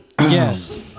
Yes